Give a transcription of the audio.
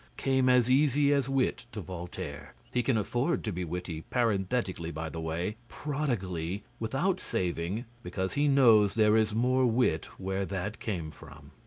came as easy as wit to voltaire. he can afford to be witty, parenthetically, by the way, prodigally, without saving, because he knows there is more wit where that came from.